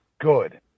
good